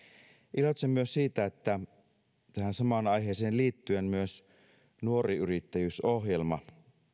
iloitsen myös siitä että tähän samaan aiheeseen liittyen myös nuori yrittäjyys ohjelma